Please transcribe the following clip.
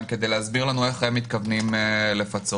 כדי להסביר איך הם מתכוונים לפצות.